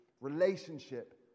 relationship